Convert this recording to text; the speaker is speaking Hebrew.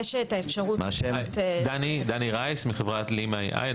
אני מחברת LEEMA.AI,